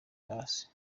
hasi